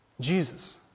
Jesus